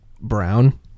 brown